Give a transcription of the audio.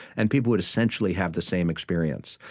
and people would essentially have the same experience.